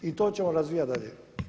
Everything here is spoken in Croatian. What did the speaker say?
I to ćemo razvijati dalje.